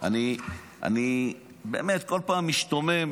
באמת, אני כל פעם משתומם